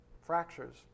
fractures